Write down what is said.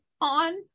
on